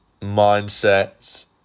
mindsets